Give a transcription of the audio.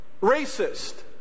racist